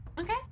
Okay